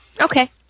Okay